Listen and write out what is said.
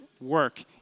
work